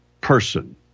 person